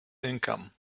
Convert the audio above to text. income